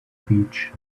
beach